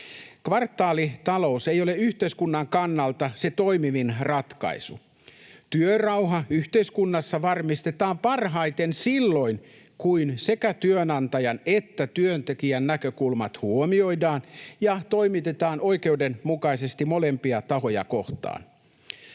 Kvartaalitalous ei ole yhteiskunnan kannalta se toimivin ratkaisu. Työrauha yhteiskunnassa varmistetaan parhaiten silloin, kun sekä työnantajan että työntekijän näkökulmat huomioidaan ja toimitaan oikeudenmukaisesti molempia tahoja kohtaan.